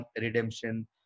redemption